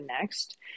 next